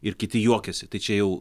ir kiti juokiasi tai čia jau